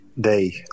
day